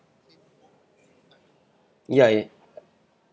ya yeah